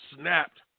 snapped